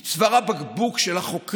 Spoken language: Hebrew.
כי צוואר הבקבוק של החוקרים,